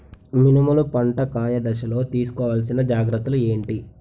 మినుములు పంట కాయ దశలో తిస్కోవాలసిన జాగ్రత్తలు ఏంటి?